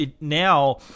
now